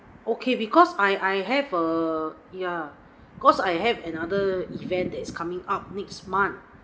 okay because I I have err ya because I have another event that is coming up next month